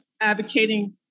advocating